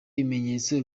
bimenyetso